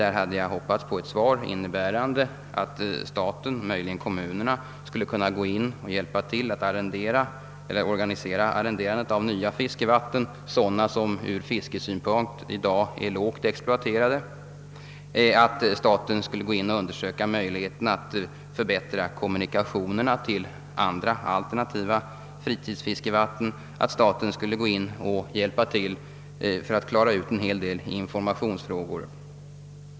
På den frågan hoppades jag få ett svar som innebar att staten eller möjligen kommunerna skulle kunna hjälpa till att organisera arrenderingen av nya fiskevatten, alltså sådana vatten som i dag ur fiskesynpunkt är lågt exploaterade, att staten också skulle kunna undersöka möjligheterna att förbättra kommunikationerna till andra, alternativa fritidsfiskevatten samt att staten kunde hjälpa till att klara ut en del informationsfrågor.